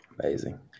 Amazing